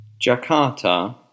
Jakarta